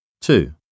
two